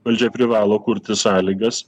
valdžia privalo kurti sąlygas